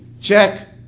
check